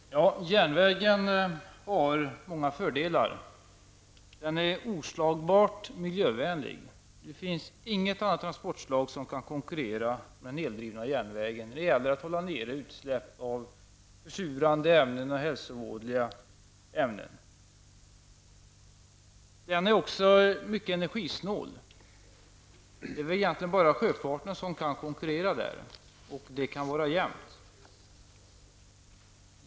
Herr talman! Järnvägen har många fördelar. Den är oslagbart miljövänlig. Det finns inget annat transportslag som kan konkurrera med den eldrivna järnvägen när det gäller att hålla nere utsläpp av försurande och hälsovådliga ämnen. Järnvägen är också mycket energisnål. Det är egentligen bara sjöfarten som kan konkurrera, och det kan vara jämnt.